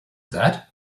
that